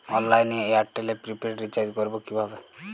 অনলাইনে এয়ারটেলে prepaid recharge করবো কিভাবে?